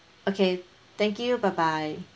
okay thank you bye bye